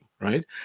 right